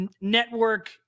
network